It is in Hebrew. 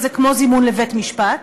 וזה כמו זימון לבית-משפט.